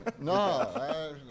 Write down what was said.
No